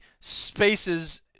spaces